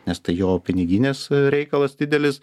nes tai jo piniginis reikalas didelis